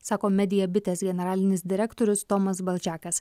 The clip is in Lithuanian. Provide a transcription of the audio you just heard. sako media bitės generalinis direktorius tomas baldžekas